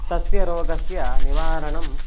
तस्य रोगस्य निवारणम्